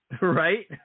Right